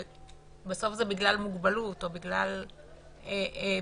כשבסוף זה בגלל מוגבלות או בגלל פדופיליה,